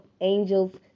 Angels